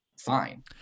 fine